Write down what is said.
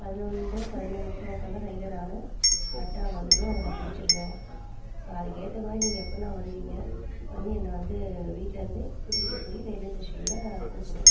பதினொன்றை பதினொன்னே முக்காலுக்கெல்லாம் ரயிலை நான் கரெக்டாக அங்கே வந்துடும் அதை நான் பிடிச்சுருவேன் ஸோ அதுக்கேற்ற மாதிரி நீங்கள் எப்போண்ணா வருவீங்க வந்து என்னை வந்து வீட்லிருந்து கூட்டிகிட்டு போய் ரயில்வே ஸ்டேஷனில் கொடுக்கணும்